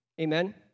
amen